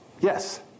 Yes